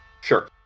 Sure